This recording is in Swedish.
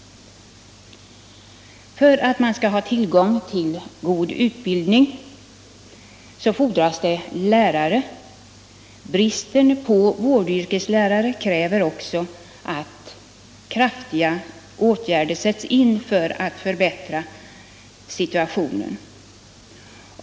För att man skall ha tillgång till god utbildning fordras det också lärare. Bristen på vårdyrkeslärare kräver att kraftiga åtgärder sätts in för att förbättra situationen.